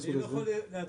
יכול להצביע,